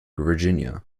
virginia